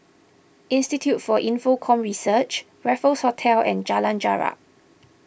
Institute for Infocomm Research Raffles Hotel and Jalan Jarak